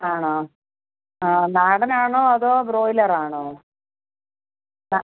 ആണോ ആ നാടനാണോ അതോ ബ്രോയിലറാണോ ആ